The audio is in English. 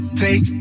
take